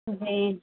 جی